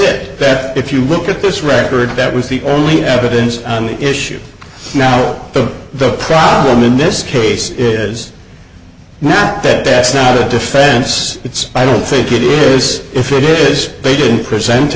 it that if you look at this record that was the only evidence on the issue now that the problem in this case is now that that's not a defense it's i don't think it is if it is they didn't present